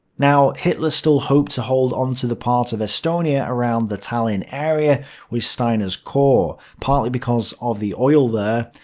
now, hitler still hoped to hold onto the part of estonia around the tallinn area with steiner's corps, partly because of the oil there,